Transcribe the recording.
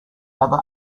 other